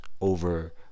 over